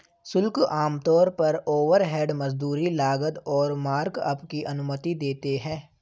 शुल्क आमतौर पर ओवरहेड, मजदूरी, लागत और मार्कअप की अनुमति देते हैं